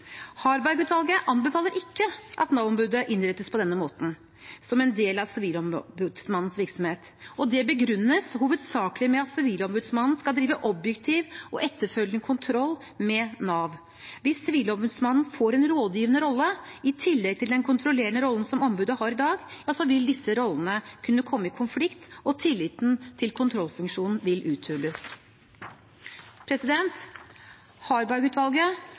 anbefaler ikke at Nav-ombudet innrettes på denne måten, som en del av Sivilombudets virksomhet, og det begrunnes hovedsakelig med at Sivilombudet skal drive objektiv og etterfølgende kontroll med Nav. Hvis Sivilombudet får en rådgivende rolle i tillegg til den kontrollerende rollen som ombudet har i dag, vil disse rollene kunne komme i konflikt, og tilliten til kontrollfunksjonen vil uthules.